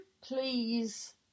please